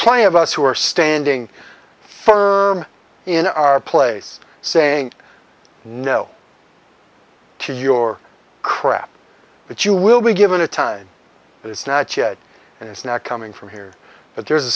plenty of us who are standing firm in our place saying no to your crap but you will be given a time it's not yet and it's not coming from here but there's a